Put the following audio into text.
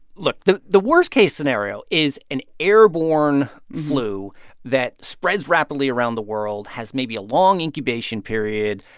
look the the worst case scenario is an airborne flu that spreads rapidly around the world, has maybe a long incubation period,